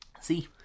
See